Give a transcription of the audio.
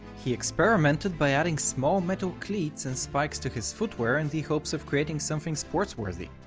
he experimented by adding small metal cleats and spikes to his footwear in the hopes of creating something sports-worthy.